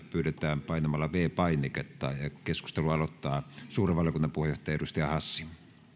pyydetään painamalla viides painiketta ja keskustelun aloittaa suuren valiokunnan puheenjohtaja edustaja hassi